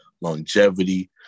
longevity